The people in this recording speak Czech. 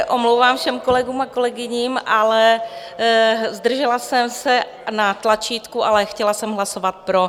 Omlouvám se všem kolegům a kolegyním, ale zdržela jsem se na tlačítku, ale chtěla jsem hlasovat pro.